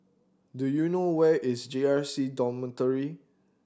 do you know where is J R C Dormitory